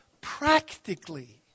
practically